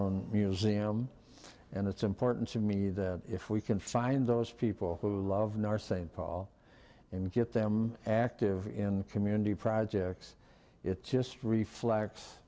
own museum and it's important to me that if we can find those people who love know our st paul and get them active in community projects it just refle